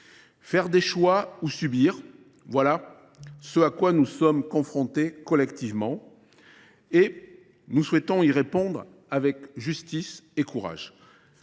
Faire des choix ou subir, voilà ce à quoi nous sommes confrontés collectivement et nous souhaitons y répondre avec justice et courage.